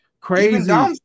crazy